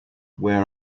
where